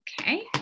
Okay